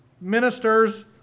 ministers